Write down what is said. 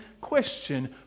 question